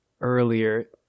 earlier